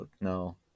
no